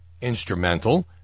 instrumental